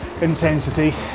intensity